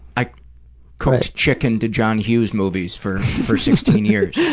i cooked chicken to john hughes movies for for sixteen years.